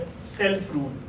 self-rule